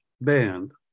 band